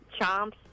Chomps